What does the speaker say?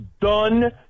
done